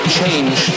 change